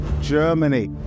Germany